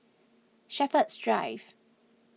Shepherds Drive